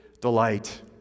delight